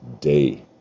Day